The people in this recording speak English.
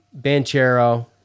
Banchero